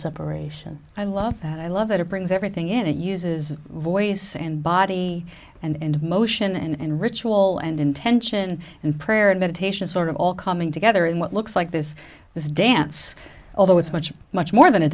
separation i love that i love it it brings everything in it uses voice and body and emotion and ritual and intention and prayer and meditation sort of all coming together in what looks like this this dance although it's much much more than a